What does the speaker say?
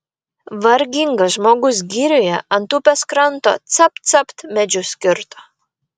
vargingas žmogus girioje ant upės kranto capt capt medžius kirto